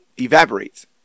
evaporates